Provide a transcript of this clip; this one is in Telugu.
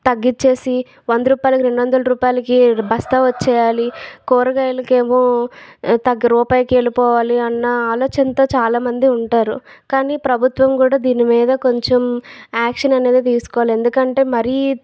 తగ్గిచ్చేసి వంద రూపాయలకి రెండువందల రూపాయలకి బస్తా వచ్చేయాలి కూరగాయలకేమో తగ్గ రూపాయకి వెళ్ళిపోవాలి అన్న ఆలోచనతో చాలామంది ఉంటారు కానీ ప్రభుత్వం కూడా దీని మీద కొంచెం యాక్షన్ అనేది తీసుకోవాలి ఎందుకంటే మరీ